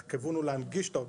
הכיוון הוא להנגיש את האוטובוסים,